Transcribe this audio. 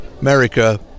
America